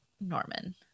Norman